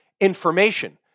information